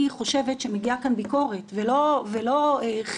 אני חושבת שמגיעה כאן ביקורת ולא חיבוק,